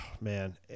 man